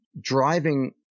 driving